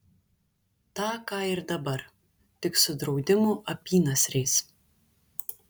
tą ką ir dabar tik su draudimų apynasriais